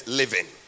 living